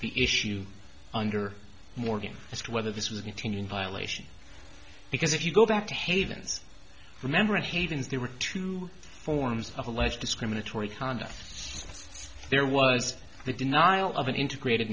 the issue under morgan whether this was between in violation because if you go back to havens remember and havens there were two forms of alleged discriminatory conduct there was the denial of an integrated